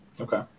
Okay